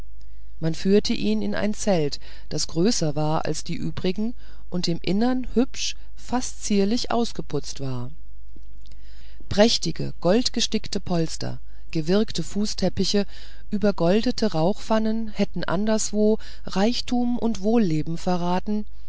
man führte ihn in ein zelt das größer als die übrigen und im innern hübsch fast zierlich aufgeputzt war prächtige goldgestickte polster gewirkte fußteppiche übergoldete rauchpfannen hätten anderswo reichtum und wohlleben verraten